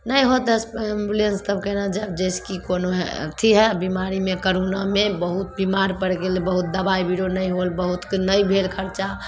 नहि होत एम्बुलेंस तब केना जायब जाहिसे कि कोनो हइ अथी हइ बीमारीमे कोरोनामे बहुत बिमार पैड़ि गेलै बहुत दबाइ बिरो नहि होल बहुतके नहि भेल खर्चा